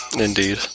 Indeed